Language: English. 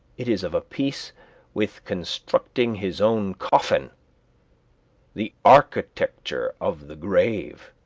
it is of a piece with constructing his own coffin the architecture of the grave